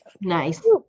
Nice